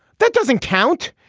that doesn't count.